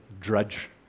drudge